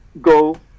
go